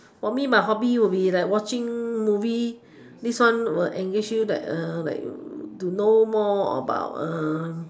for me my hobby would be like watching movie this one will engage you like like to know more about uh